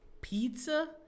pizza